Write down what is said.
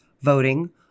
voting